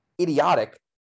idiotic